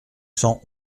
cent